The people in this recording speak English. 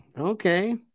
Okay